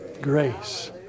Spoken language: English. grace